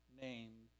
named